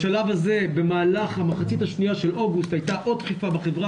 בשלב הזה במהלך המחצית השניה של אוגוסט הייתה עוד דחיפה בחברה